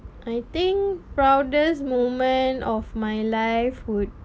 I think proudest moment of my life would